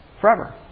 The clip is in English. forever